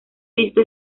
visto